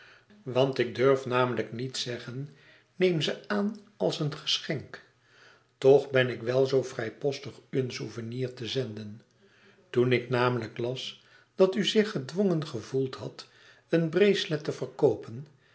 want ik durf natuurlijk niet zeggen neem ze aan als een geschenk toch ben ik wel zoo vrijpostig u een souvenir te zenden toen ik namelijk las dat u zich gedwongen gevoeld had een bracelet te verkoopen